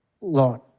Lord